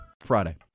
Friday